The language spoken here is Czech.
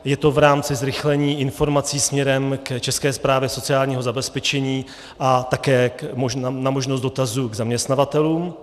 Je to v rámci zrychlení informací směrem k České správě sociálního zabezpečení a také na možnost dotazů zaměstnavatelů.